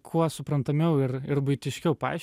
kuo suprantamiau ir ir buitiškiau paaiš